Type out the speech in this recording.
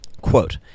Quote